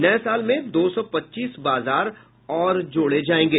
नये साल में दो सौ पच्चीस बाजार और जोड़े जायेंगे